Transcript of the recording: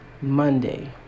Monday